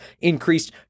increased